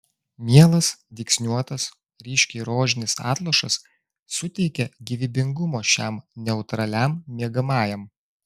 mielas dygsniuotas ryškiai rožinis atlošas suteikia gyvybingumo šiam neutraliam miegamajam